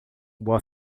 boa